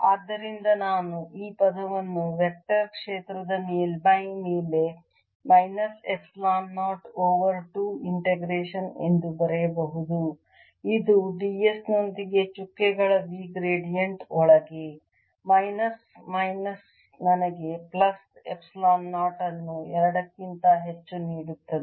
ಆದ್ದರಿಂದ ನಾನು ಈ ಪದವನ್ನು ವೆಕ್ಟರ್ ಕ್ಷೇತ್ರದ ಮೇಲ್ಮೈ ಮೇಲೆ ಮೈನಸ್ ಎಪ್ಸಿಲಾನ್ 0 ಓವರ್ 2 ಇಂಟಿಗ್ರೇಷನ್ ಎಂದು ಬರೆಯಬಹುದು ಇದು ds ನೊಂದಿಗೆ ಚುಕ್ಕೆಗಳ V ಗ್ರೇಡಿಯಂಟ್ ಒಳಗೆ ಮೈನಸ್ ಮೈನಸ್ ನನಗೆ ಪ್ಲಸ್ ಎಪ್ಸಿಲಾನ್ 0 ಅನ್ನು 2 ಕ್ಕಿಂತ ಹೆಚ್ಚು ನೀಡುತ್ತದೆ